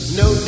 no